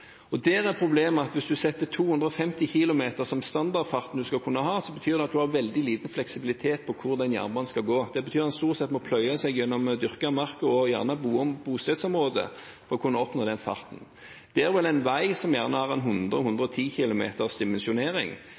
Der er problemet at hvis en setter 250 km/t som standardfarten en skal kunne ha, betyr det at en har veldig liten fleksibilitet med tanke på hvor den jernbanen skal gå. Det betyr at en stort sett må pløye seg gjennom dyrket mark og også bostedsområder for å kunne oppnå den farten.